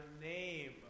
name